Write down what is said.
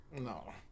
No